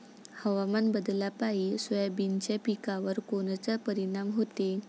हवामान बदलापायी सोयाबीनच्या पिकावर कोनचा परिणाम होते?